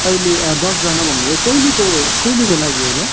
अहिले दसजना भन्नुभयो है कहिलेको कहिलेको लागि होला